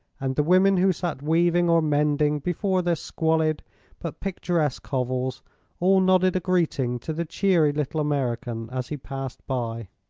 and the women who sat weaving or mending before their squalid but picturesque hovels all nodded a greeting to the cheery little american as he passed by.